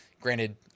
granted